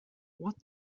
what